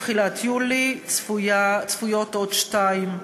תחילת יולי צפויות עוד שתיים,